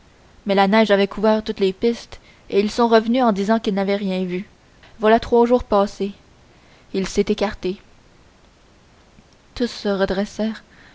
mais la neige avait couvert toutes les pistes et ils sont revenus en disant quels n'avaient rien vu voilà trois jours passés il s'est écarté tous se